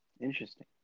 Interesting